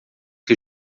que